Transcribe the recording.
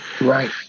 Right